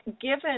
given